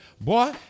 boy